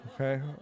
Okay